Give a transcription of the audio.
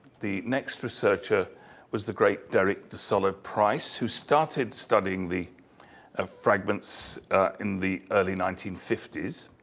the next researcher was the great derek de solla price, who started studying the ah fragments in the early nineteen fifty s.